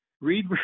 Read